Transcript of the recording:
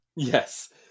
Yes